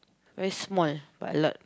very small but a lot